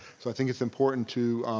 so i think it's important to